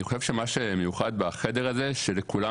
אני חושב שמה שמיוחד בחדר הזה הוא שלכולם